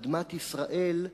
אדמת ישראל,